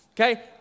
Okay